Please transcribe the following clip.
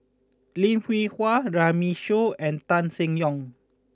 Lim Hwee Hua Runme Shaw and Tan Seng Yong